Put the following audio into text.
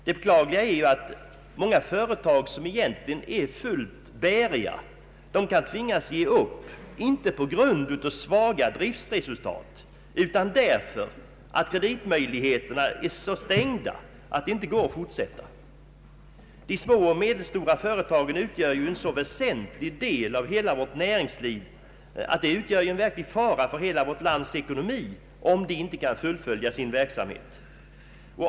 Det beklagliga är att många företag som egentligen är fullt bäriga kan tvingas ge upp, inte på grund av svaga driftresultat utan därför att kreditmöjligheterna är så stängda att det inte går att fortsätta. De små och medelstora företagen är en så väsentlig del av hela vårt näringsliv att det utgör en verklig fara för hela vårt lands ekonomi om de inte kan fullfölja sin verksamhet.